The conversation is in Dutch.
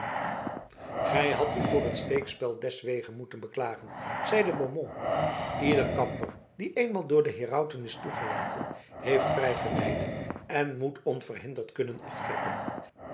gij hadt u vr het steekspel deswege moeten beklagen zeide beaumont ieder kamper die eenmaal door de herauten is toegelaten heeft vrijgeleide en moet onverhinderd kunnen aftrekken